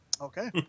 okay